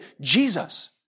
Jesus